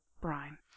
brine